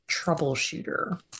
troubleshooter